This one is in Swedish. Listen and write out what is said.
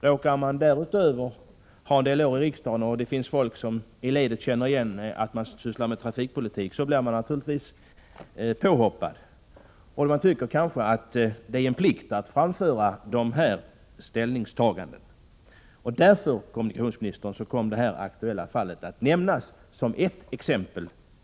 Råkar man därtill ha några år i riksdagen bakom sig och det finns folk i ledet som känner igen en och vet att man sysslar med trafikpolitik, blir man naturligtvis påhoppad. Man tycker då att det är ens plikt att framföra vissa synpunkter. Därför, herr kommunikationsminister, - Nr 135 kom detta aktuella fall att nämnas som ett exempel på vad som händer.